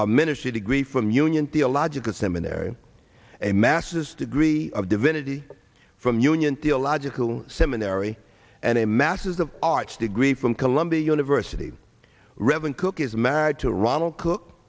a ministry degree from union theological seminary a master's degree of divinity from union theological seminary and a masses of arts degree from columbia university reverend cook is married to ronald cook